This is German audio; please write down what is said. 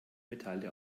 metalle